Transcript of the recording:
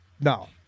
No